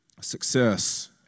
Success